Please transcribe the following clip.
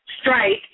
Strike